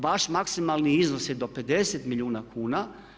Vaš maksimalni iznos je do 50 milijuna kuna.